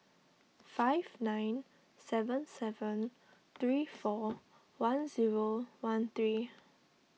five nine seven seven three four one zero one three